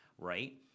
right